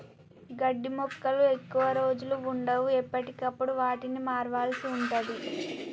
గడ్డి మొక్కలు ఎక్కువ రోజులు వుండవు, ఎప్పటికప్పుడు వాటిని మార్వాల్సి ఉంటది